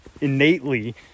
innately